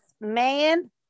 man